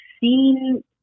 seen